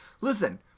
Listen